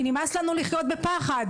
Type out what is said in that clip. כי נמאס לנו לחיות בפחד